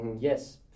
Yes